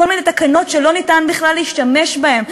כל מיני תקנות שלא ניתן בכלל להשתמש בהן.